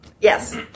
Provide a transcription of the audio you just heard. yes